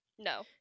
No